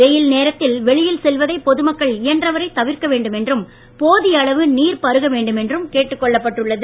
வெயில் நேரத்தில் வெளியில் செல்வதை பொதுமக்கள் இயன்றவரை தவிர்க்க வேண்டும் என்றும் போதிய அளவு நீர் பருக வேண்டும் என்றும் கேட்டுக் கொள்ளப்பட்டு உள்ளது